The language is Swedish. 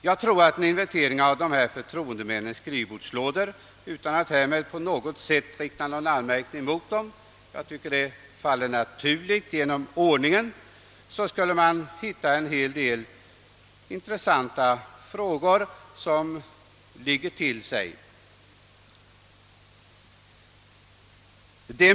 Utan att därmed rikta någon anmärkning mot de kommunala förtroendemännen tror jag att om man skulle inventera deras skrivbordslådor skulle man hitta en hel del intressanta ärenden som »ligger till sig».